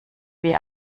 wir